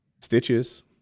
Stitches